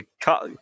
cut